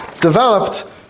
developed